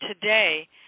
today